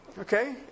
Okay